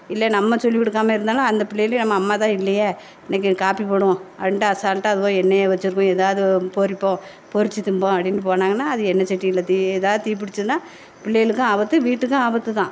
இல்லை நம்ம சொல்லிக் கொடுக்காம இருந்தாலும் அந்த பிள்ளையளையும் நம்ம அம்மா தான் இல்லையே இன்றைக்கு காப்பி போடுவோம் அப்படின்ட்டு அசால்ட்டாக அது போய் எண்ணெயை வச்சிருக்கும் ஏதாவது பொறிப்போம் பொறித்து திண்போம் அப்படின்னு போனாங்கன்னால் அது எண்ணெய் சட்டியில் தீ ஏதாவது தீ பிடிச்சதுன்னா பிள்ளையளுக்கும் ஆபத்து வீட்டுக்கும் ஆபத்து தான்